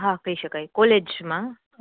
હા કહી શકાય કોલેજમાં